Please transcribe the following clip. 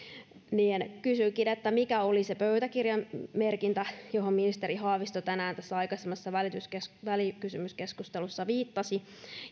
kysynkin mikä oli se pöytäkirjamerkintä johon ministeri haavisto tänään aikaisemmassa välikysymyskeskustelussa viittasi